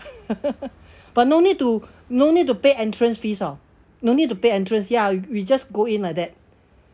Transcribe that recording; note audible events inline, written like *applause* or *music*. *laughs* but no need to no need to pay entrance fees hor no need to pay entrance ya we just go in like that